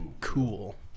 cool